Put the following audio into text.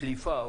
או דליפה,